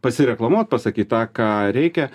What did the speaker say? pasireklamuot pasakyt tą ką reikia